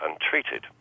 untreated